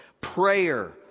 Prayer